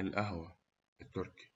القهوة التركي